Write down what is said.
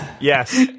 yes